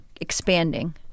expanding